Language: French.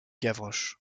gavroche